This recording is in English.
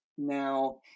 Now